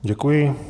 Děkuji.